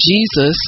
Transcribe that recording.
Jesus